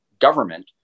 government